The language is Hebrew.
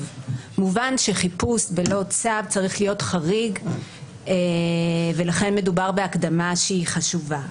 מובן שחיפוש בלא צו צריך להיות חריג ולכן מדובר בהקדמה שהיא חשובה.